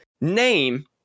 name